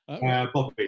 Bobby